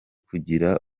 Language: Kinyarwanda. kugira